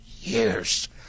years